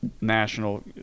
National